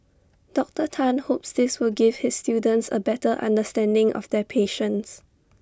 Doctor Tan hopes this will give his students A better understanding of their patients